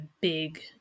big